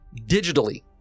digitally